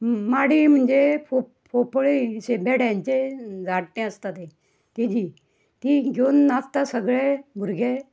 माडी म्हणजे फो फोपळी अशें बेड्यांचें झाड टें आसता तें ताजी ती घेवन नाचता सगळे भुरगे